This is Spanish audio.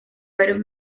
varios